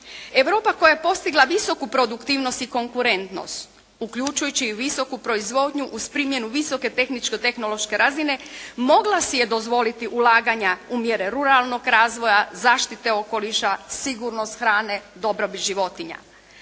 Europa koja je postigla visoku produktivnost i konkurentnost uključujući i visoku proizvodnju uz primjenu visoke tehničko-tehnološke razine mogla si je dozvoliti ulaganja u mjere ruralnog razvoja, zaštite okoliša, sigurnost hrane, dobrobit životinja.